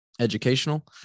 educational